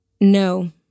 no